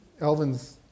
Elvin's